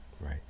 Right